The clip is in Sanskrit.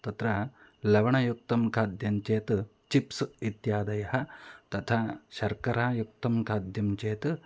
तत्र लवणयुक्तं खाद्यं चेत् चिप्स् इत्यादयः तथा शर्करा युक्तं खाद्यं चेत्